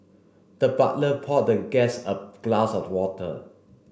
the butler poured the guest a glass of water